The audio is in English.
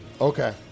Okay